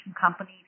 Company